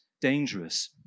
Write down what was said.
dangerous